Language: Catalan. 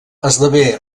esdevé